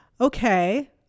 okay